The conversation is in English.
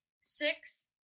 six